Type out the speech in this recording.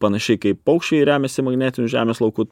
panašiai kaip paukščiai remiasi magnetiniu žemės lauku